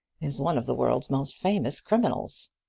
is one of the world's most famous criminals.